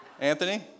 Anthony